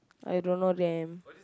I don't know them